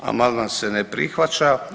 Amandman se ne prihvaća.